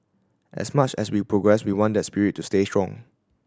as much as we progress we want that spirit to stay strong